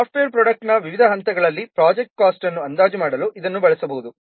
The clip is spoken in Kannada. ಸಾಫ್ಟ್ವೇರ್ ಪ್ರೊಡ್ಯಕ್ಟ್ನ ವಿವಿಧ ಹಂತಗಳಲ್ಲಿ ಪ್ರೊಜೆಕ್ಟ್ ಕಾಸ್ಟ್ ಅನ್ನು ಅಂದಾಜು ಮಾಡಲು ಇದನ್ನು ಬಳಸಬಹುದು